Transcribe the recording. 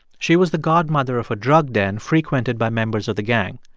she was the godmother of a drug den frequented by members of the gang.